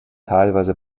teilweise